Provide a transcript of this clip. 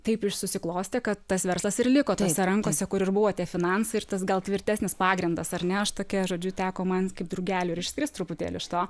taip ir susiklostė kad tas verslas ir liko tose rankose kur ir buvo tie finansai ir tas gal tvirtesnis pagrindas ar ne aš tokia žodžiu teko man kaip drugeliui ir išskrist truputėlį iš to